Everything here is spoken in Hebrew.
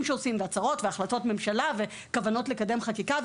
שעושים והצהרות והחלטות ממשלה וכוונות לקדם חקיקה,